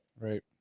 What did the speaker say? Right